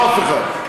לא אף אחד.